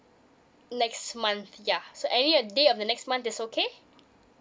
next month ya so any a day on the next month is okay